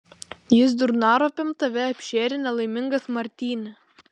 jis durnaropėm tave apšėrė nelaimingas martyne